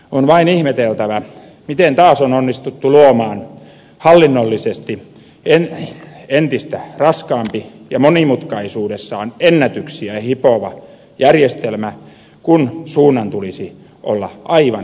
on vain ihmeteltävä miten taas on onnistuttu luomaan hallinnollisesti entistä raskaampi ja monimutkaisuudessaan ennätyksiä hipova järjestelmä kun suunnan tulisi olla aivan päinvastainen